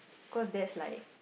cause there's like